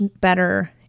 better